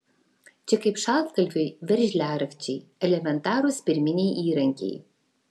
čia kaip šaltkalviui veržliarakčiai elementarūs pirminiai įrankiai